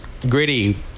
gritty